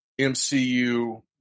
MCU